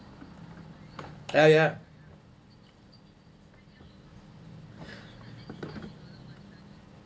ya ya